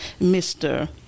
Mr